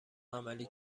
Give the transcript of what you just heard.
عملی